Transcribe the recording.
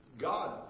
God